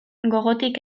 gogotik